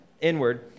inward